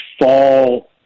fall